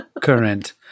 current